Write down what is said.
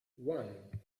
one